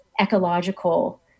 ecological